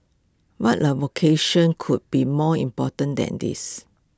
what vocation could be more important than this